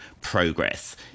progress